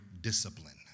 discipline